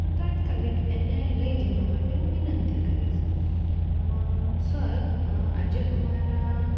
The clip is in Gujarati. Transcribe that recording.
તો તાત્કાલિક એને લઈ જવા માટે હું વિનંતી કરીશ સર આજે અમારા